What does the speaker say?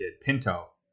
Pinto